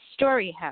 StoryHouse